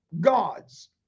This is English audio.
gods